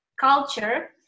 culture